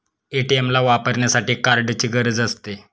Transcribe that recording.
ATM ला वापरण्यासाठी कार्डची गरज असते